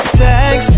sex